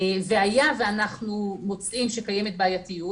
אם אנחנו מוצאים שקיימת בעייתיות,